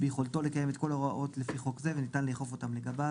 ביכולתו לקיים את כל ההוראות לפי חוק זה וניתן לאכוף אותם לגביו.